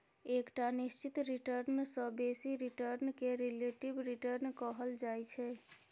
एकटा निश्चित रिटर्न सँ बेसी रिटर्न केँ रिलेटिब रिटर्न कहल जाइ छै